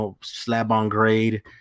slab-on-grade